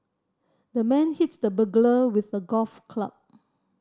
the man hit the burglar with a golf club